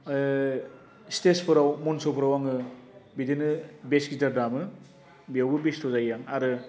ओ स्टेसफोराव मनसफोराव आङो बिदिनो भेस गिटार दामो बेयावबो बेस्ट' जायो आं आरो